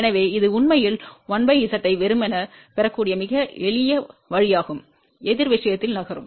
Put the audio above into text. எனவே இது உண்மையில் 1 z ஐ வெறுமனே பெறக்கூடிய மிக எளிய வழியாகும் எதிர் விஷயத்தில் நகரும்